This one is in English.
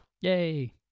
Yay